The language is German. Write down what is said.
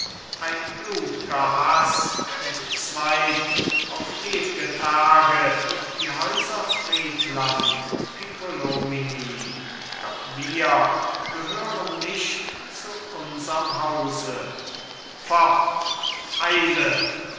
ein blutger haß entzweit auf ewge tage die häuser friedland piccolomini doch wir gehören nicht zu unserm hause fort eile